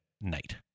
night